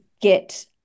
get